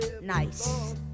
nice